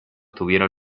tuvieron